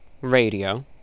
radio